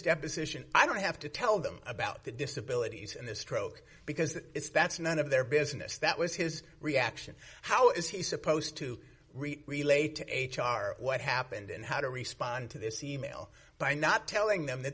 deposition i don't have to tell them about the disability and the stroke because it's that's none of their business that was his reaction how is he supposed to relate to h r what happened and how to respond to this e mail by not telling them that